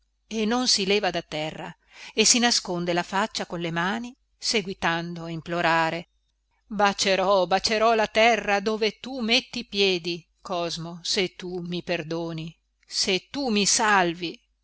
si leva da terra e si nasconde la faccia con le mani seguitando a implorare bacerò bacerò la terra dove tu metti i piedi cosmo se tu mi perdoni se tu mi salvi